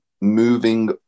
Moving